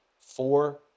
four